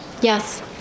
Yes